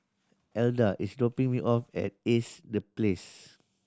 Elda is dropping me off at Ace The Place